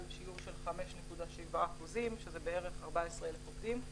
שיעור של 5.7% שזה בערך 14,000 עובדים.